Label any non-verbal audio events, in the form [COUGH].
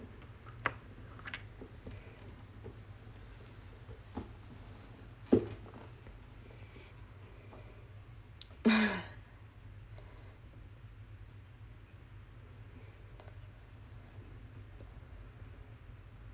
[LAUGHS]